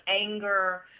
anger